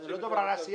הוא לא דיבר על עשייה.